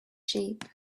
shape